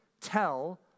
tell